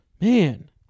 Man